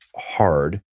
hard